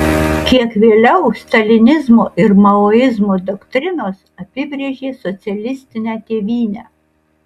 kiek vėliau stalinizmo ir maoizmo doktrinos apibrėžė socialistinę tėvynę